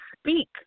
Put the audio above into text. speak